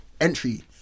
entry